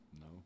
No